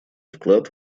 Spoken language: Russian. вклад